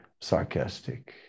sarcastic